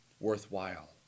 worthwhile